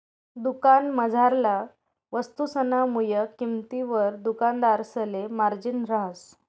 दुकानमझारला वस्तुसना मुय किंमतवर दुकानदारसले मार्जिन रहास